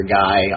guy